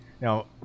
Now